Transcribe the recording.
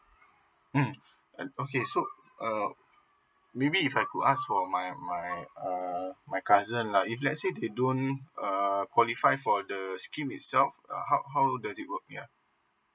mm uh okay so uh maybe if I could ask for my my uh my cousin lah if let's say they don't err qualify for the scheme itself uh how how does it work ya